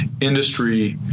industry